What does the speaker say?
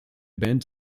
band